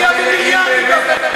אני אביא מיליארדים לפריפריה,